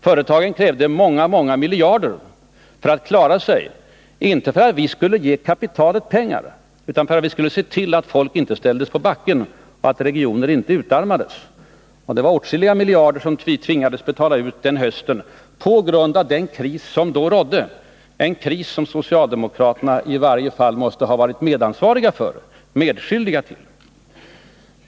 Företagen krävde många miljarder för att klara sig — inte för vi skulle ge ”kapitalet” pengar utan för att vi skulle se till att folk inte ställdes på backen och att regioner inte utarmades. Det var åtskilliga miljarder som vi tvingades betala ut den hösten på grund av den kris som då rådde, den kris som socialdemokraterna måste ha varit i varje fall medskyldiga till.